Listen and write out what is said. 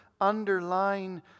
underline